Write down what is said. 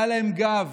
היה להם גב,